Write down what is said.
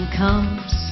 comes